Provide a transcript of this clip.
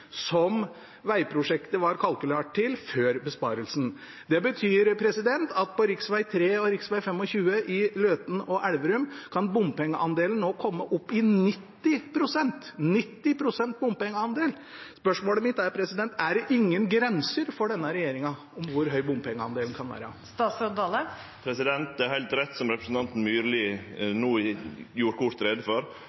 som vegprosjektet var kalkulert til før besparelsen. Det betyr at for rv. 3 og rv. 25 i Løten og Elverum kan bompengeandelen komme opp i 90 pst.! Spørsmålet mitt er: Er det ingen grenser for denne regjeringen når det gjelder hvor høy bompengeandelen kan være? Det er heilt rett, som representanten Myrli